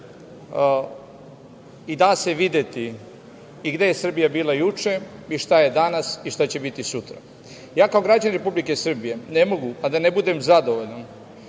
i da se videti i gde je Srbija bila juče i šta je danas i šta će biti sutra. Kao građanin Republike Srbije ne mogu, a da ne budem zadovoljan